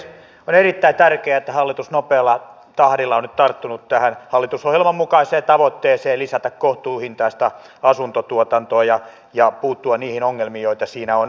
on erittäin tärkeää että hallitus nopealla tahdilla on nyt tarttunut tähän hallitusohjelman mukaiseen tavoitteeseen lisätä kohtuuhintaista asuntotuotantoa ja puuttua niihin ongelmiin joita siinä on ollut